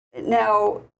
now